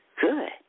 good